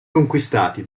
conquistati